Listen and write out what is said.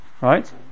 Right